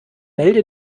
melde